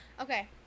Okay